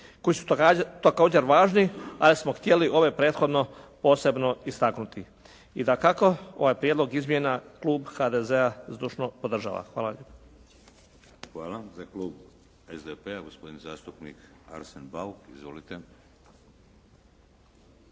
koji su također važni, ali smo htjeli ove prethodno posebno istaknuti. I dakako, ovaj prijedlog izmjena Klub HDZ-a zdušno podržava. Hvala lijepo. **Šeks, Vladimir (HDZ)** Hvala. Za klub SDP-a, gospodin zastupnik Arsen Bauk. Izvolite.